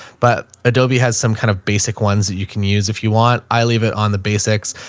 but adobe has some kind of basic ones that you can use if you want. i leave it on the basics,